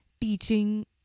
teaching